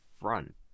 front